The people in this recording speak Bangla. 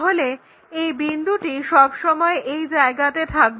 তাহলে এই বিন্দুটি সবসময় এই জায়গাতে থাকবে